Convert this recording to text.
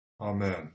Amen